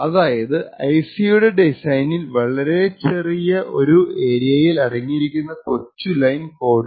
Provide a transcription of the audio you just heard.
അതായതു ഐസിയുടെ ഡിസൈനിൽ വളരെ ചെറിയ ഒരു ഏരിയയിൽ അടങ്ങിയിരിക്കുന്ന കുറച്ചു ലൈൻ കോഡ്